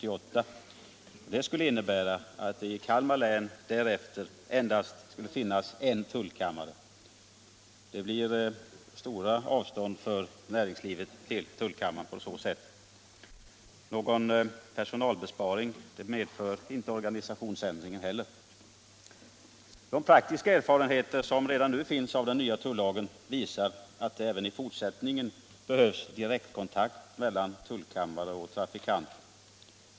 Detta skulle innebära att det i Kalmar län därefter endast skulle finnas en tullkammare. Det blir på så sätt stora avstånd för näringslivet till tullkammaren. Någon personalbesparing medför organisationsändringen inte heller. De praktiska erfarenheter som redan nu finns av den nya tullagen visar att det även i fortsättningen behövs direktkontakt mellan tullkammare och trafikanter.